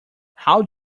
how